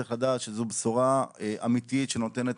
צריך לדעת שזו בשורה אמיתית שנותנת